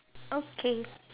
okay